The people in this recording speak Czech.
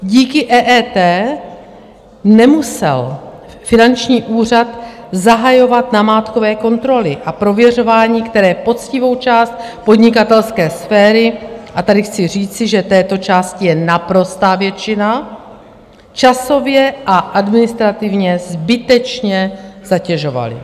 Díky EET nemusel finanční úřad zahajovat namátkové kontroly a prověřování, které poctivou část podnikatelské sféry a tady chci říci, že této části je naprostá většina časově a administrativně zbytečně zatěžovaly.